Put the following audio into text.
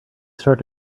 start